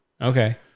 Okay